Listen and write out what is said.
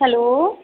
hello